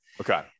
Okay